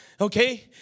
Okay